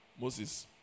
Moses